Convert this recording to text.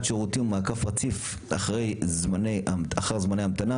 שירותים ומעקב רציף אחרי זמני ההמתנה,